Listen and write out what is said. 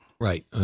Right